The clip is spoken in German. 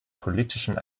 politischen